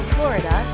Florida